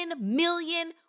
million